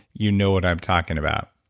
you know what i'm talking about